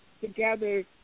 together